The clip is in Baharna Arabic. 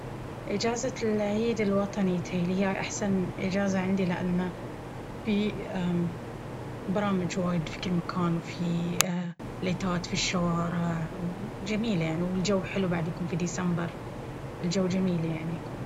إجازة العيد الوطني يتهيأ لي ها أحسن إجازة عندي لأن هي برامج واجد في كل مكان وفي ليتات في الشوارع وجميلة يعني والجو حلو يكون بعد في ديسمبر... الجو جميل يعني يكون.